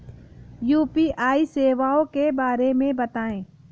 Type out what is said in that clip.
UPI सेवाओं के बारे में बताएँ?